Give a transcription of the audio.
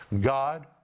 God